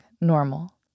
normal